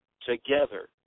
together